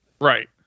Right